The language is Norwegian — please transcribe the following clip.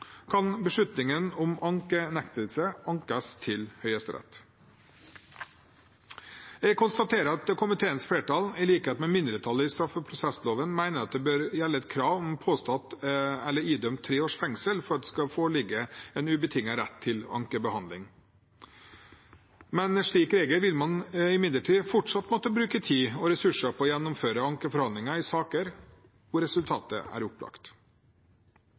kan beslutningen om ankenektelse ankes til Høyesterett. Jeg konstaterer at komiteens flertall, i likhet med mindretallet i straffeprosesslovutvalget, mener at det bør gjelde et krav om tre års fengsel – påstått eller idømt – for at det skal foreligge en ubetinget rett til ankebehandling. Med en slik regel vil man imidlertid fortsatt måtte bruke tid og ressurser på å gjennomføre ankeforhandlinger i saker hvor resultatet er opplagt.